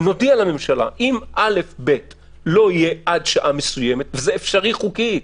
נודיע לממשלה שאם א' ו-ב' לא יהיו עד שעה מסוימת זה אפשרי חוקית,